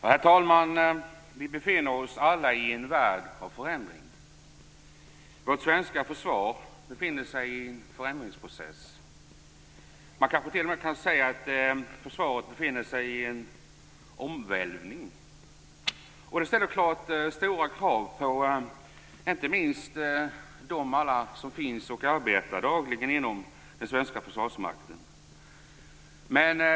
Herr talman! Vi befinner oss alla i en värld av förändring. Vårt svenska försvar befinner sig i en förändringsprocess. Man kanske t.o.m. kan säga att försvaret befinner sig i en omvälvning. Det ställer stora krav inte minst på alla dem som dagligen arbetar inom den svenska försvarsmakten.